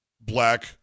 black